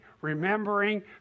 remembering